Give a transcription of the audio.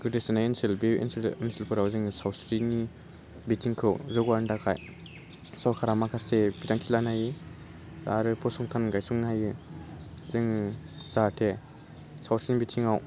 गोदोसोनाय ओनसोल बे ओनसोल ओनसोलफोराव जोङो सावस्रिनि बिथिंखौ जौगा होनो थाखाय सरखारा माखासे बिथांखि लानो हायो आरो फसंथान गायसंनो हायो जोङो जाहाथे सावस्रिनि बिथिङाव